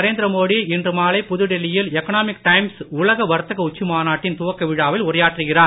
நரேந்திர மோடி இன்று மாலை புதுடெல்லியில் எக்னாமிக் டைம்ஸ் உலக வர்த்தக உச்சி மாநாட்டின் துவக்க விழாவில் உரையாற்றுகிறார்